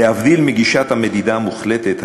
להבדיל מגישת המדידה המוחלטת,